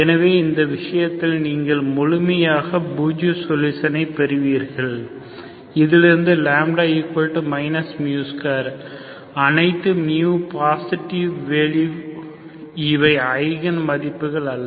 எனவே இந்த விஷயத்தில் நீங்கள் முழுமையாக பூஜ்ஜிய சொல்யூஷன் பெறுவீர்கள் இதிலிருந்து λ 2 அனைத்து μ பாஸிட்டிவ் வேல்யூஸ் இவை ஐகன் மதிப்புகள் அல்ல